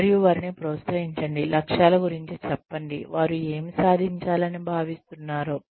మరియు వారిని ప్రోత్సహించండి లక్ష్యాల గురించి చెప్పండి వారు ఏమి సాధించాలని భావిస్తున్నారో